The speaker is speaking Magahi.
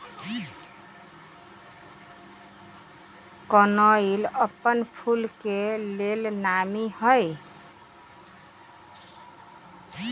कनइल अप्पन फूल के लेल नामी हइ